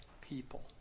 people